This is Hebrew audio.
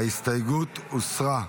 ההסתייגות הוסרה.